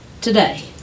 today